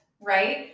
right